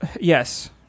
yes